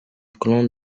clan